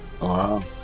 Wow